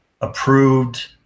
approved